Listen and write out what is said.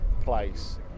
place